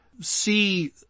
see